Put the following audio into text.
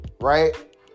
right